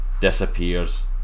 disappears